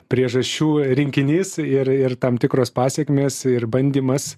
priežasčių rinkinys ir ir tam tikros pasekmės ir bandymas